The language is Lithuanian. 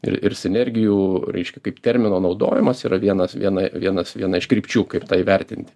ir ir sinergijų reiškia kaip termino naudojimas yra vienas viena vienas viena iš krypčių kaip tą įvertinti